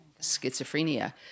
schizophrenia